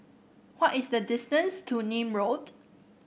what is the distance to Nim Road